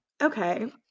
Okay